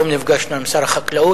היום נפגשנו עם שר החקלאות.